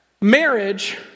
Marriage